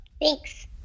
thanks